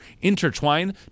intertwine